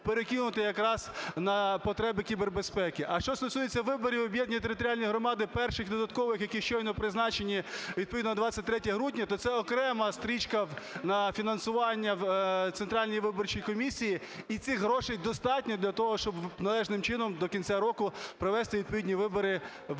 перекинути якраз на потреби кібербезпеки. А що стосується виборів в об'єднані територіальні громади перших додаткових, які щойно призначені відповідно 23 грудня, то це окрема стрічка на фінансування в Центральній виборчій комісії, і цих грошей достатньо для того, щоб належним чином до кінця року провести відповідні вибори в